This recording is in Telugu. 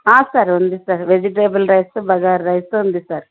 సార్ ఉంది sir vegetable rice bagara rice ఉంది సార్